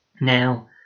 Now